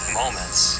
moments